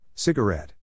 Cigarette